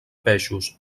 peixos